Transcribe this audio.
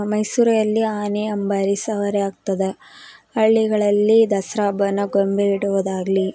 ಮೈಸೂರಲ್ಲಿ ಆನೆ ಅಂಬಾರಿ ಸವಾರಿ ಆಗ್ತದೆ ಹಳ್ಳಿಗಳಲ್ಲಿ ದಸ್ರಾ ಹಬ್ಬವನ್ನ ಗೊಂಬೆ ಇಡುವುದಾಗಲಿ